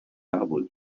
arbres